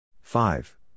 Five